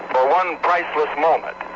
for one priceless moment